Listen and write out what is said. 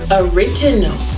original